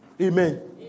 Amen